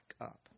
up